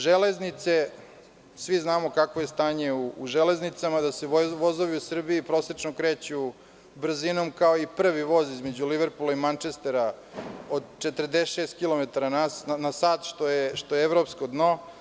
Železnice, svi znamo kakvo je stanje u „Železnicama“, da se vozovi u Srbiji prosečno kreću brzinom kao i prvi voz između Liverpula i Mančestera od 46 kilometara na sat, što je evropsko dno.